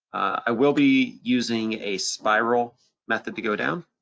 i will be using a spiral method to go down,